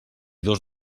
dos